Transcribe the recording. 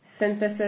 synthesis